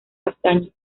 castaño